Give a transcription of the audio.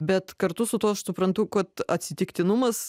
bet kartu su tuo aš suprantu kad atsitiktinumas